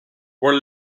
were